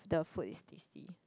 the food is tasty